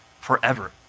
forever